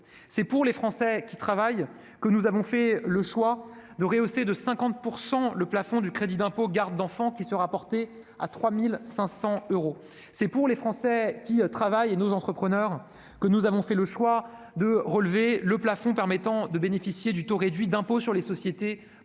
C'est pour les Français qui travaillent que nous avons fait le choix de rehausser de 50 % le plafond du crédit d'impôt pour les frais de garde d'enfants, qui sera porté à 3 500 euros. C'est pour les Français qui travaillent et pour nos entrepreneurs que nous avons fait le choix de relever le plafond permettant de bénéficier du taux réduit d'impôt sur les sociétés pour les